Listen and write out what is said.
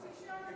כן.